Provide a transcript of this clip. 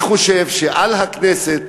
אני חושב שעל הכנסת